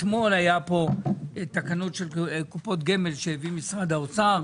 אתמול היה פה תקנות של קופות גמל שהביא משרד האוצר,